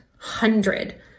hundred